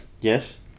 Yes